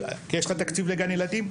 יש לך תקציב לגן ילדים,